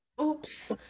Oops